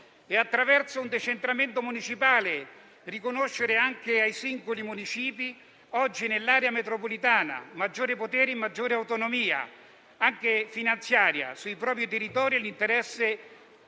Attraverso un decentramento municipale, si tratterebbe di riconoscere anche ai singoli municipi, oggi nell'area metropolitana, maggiori poteri e maggiore autonomia, anche finanziaria, sui propri territori nell'interesse